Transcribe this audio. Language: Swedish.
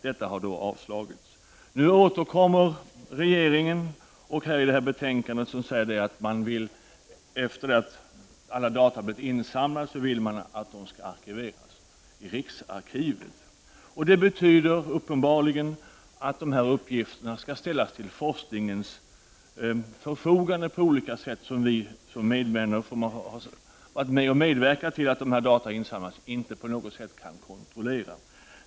Detta förslag har avslagits. I det här betänkandet sägs att man vill att alla data som insamlats skall arkiveras i riksarkivet. Det betyder uppenbarligen att de här uppgifterna skall ställas till forskningens förfogande på olika sätt; något som de människor som medverkat till att dessa data kunnat samlas in inte på något sätt kan kontrollera.